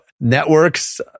networks